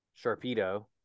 Sharpedo